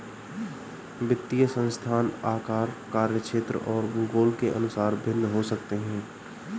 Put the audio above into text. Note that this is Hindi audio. वित्तीय संस्थान आकार, कार्यक्षेत्र और भूगोल के अनुसार भिन्न हो सकते हैं